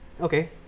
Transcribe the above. Okay